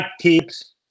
tips